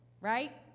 right